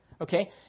Okay